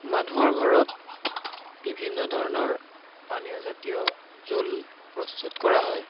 মানুহৰ ঘৰত বিভিন্ন ধৰণৰ পানীয়জাতীয় জোল প্ৰস্তুত কৰা হয়